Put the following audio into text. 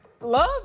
love